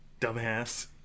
Dumbass